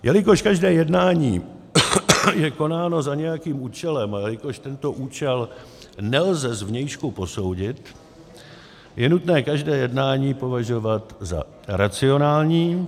Jelikož každé jednání je konáno za nějakým účelem a jelikož tento účel nelze zvnějšku posoudit, je nutné každé jednání považovat za racionální.